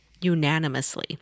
unanimously